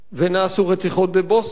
ונעשו רציחות בבוסניה,